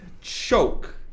choke